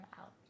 out